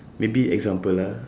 maybe example lah